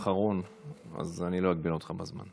מאחר שאתה האחרון אז אני לא אגביל אותך בזמן.